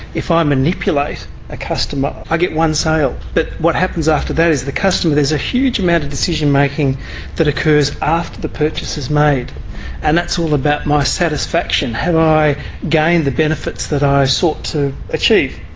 if ah i manipulate a customer i get one sale, but what happens after that is the customer there's a huge amount of decision-making that occurs after the purchase is made and that's all about my satisfaction. have i gained the benefits that i sought to achieve?